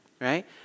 Right